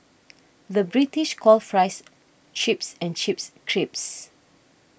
the British calls Fries Chips and Chips Crisps